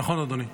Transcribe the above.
נכון, אדוני.